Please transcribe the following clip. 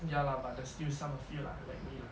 ya lah but there are still some who fail lah like me lah